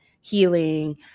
healing